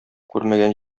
күрмәгән